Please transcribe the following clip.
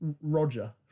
Roger